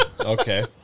Okay